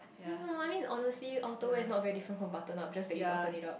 no no I mean honestly outerwear is not very different from button up just that you button it up